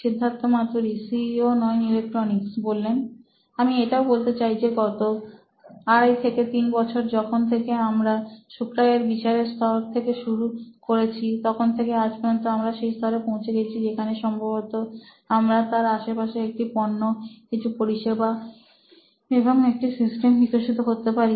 Siddharth Maturi C E O নোইন electronics আমি এটাও বলতে চাই যে গত 25 থেকে 3 বছরে যখন থেকে আমরা সুপ্রা এর বিচারের স্তর থেকে শুরু করেছি তখন থেকে আজ পর্যন্ত আমরা সেই স্তরে পৌঁছে গেছি যেখানে সম্ভবত আমরা তার আশেপাশে একটি পণ্য কিছু পরিষেবা এবং একটি সিস্টেম বিকশিত করতে পারি